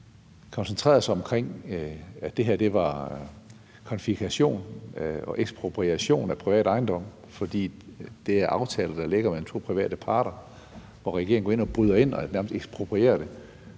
Det koncentrerede sig om, at det her var konfiskation og ekspropriation af privat ejendom, fordi det er aftaler mellem to private parter, der ligger. Regeringen bryder ind og nærmest eksproprierer dem.